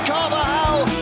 Carvajal